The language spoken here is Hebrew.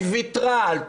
היא ויתרה על תמורה.